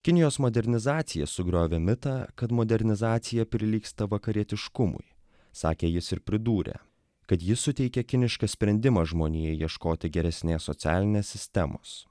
kinijos modernizacija sugriovė mitą kad modernizacija prilygsta vakarietiškumui sakė jis ir pridūrė kad ji suteikia kinišką sprendimą žmonijai ieškoti geresnės socialinės sistemos